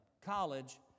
college